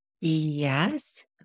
Yes